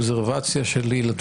חוק